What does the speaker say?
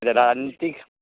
राजनीतिक